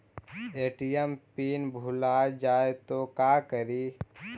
ATM PIN भुला जाए तो का करी?